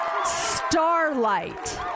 Starlight